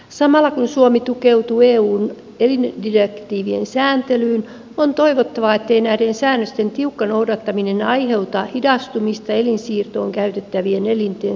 samalla kun suomi tukeutuu eun elindirektiivien sääntelyyn on toivottava ettei näiden säännösten tiukka noudattaminen aiheuta hidastumista elinsiirtoon käytettävien elinten saamisessa